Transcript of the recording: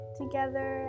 together